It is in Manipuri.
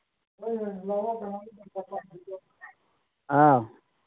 ꯑꯧ